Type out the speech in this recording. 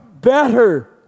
better